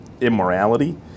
immorality